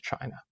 China